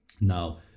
Now